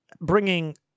bringing